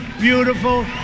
beautiful